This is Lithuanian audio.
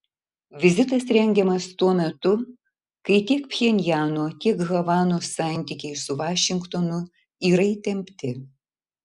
vizitas rengiamas tuo metu kai tiek pchenjano tiek havanos santykiai su vašingtonu yra įtempti